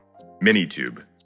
Minitube